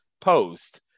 post